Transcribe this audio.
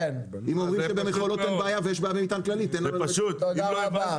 אם אומרים שבמכולות אין בעיה ויש בעיה במטען כללי --- תודה רבה.